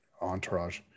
entourage